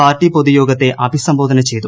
party പൊതുയോഗത്തെ അഭിസംബോധന ചെയ്തു